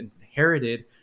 inherited